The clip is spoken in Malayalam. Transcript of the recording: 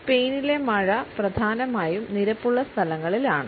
സ്പെയിനിലെ മഴ പ്രധാനമായും നിരപ്പുള്ള സ്ഥലങ്ങളിലാണ്